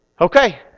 Okay